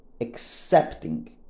accepting